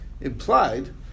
implied